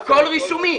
הכול רישומי.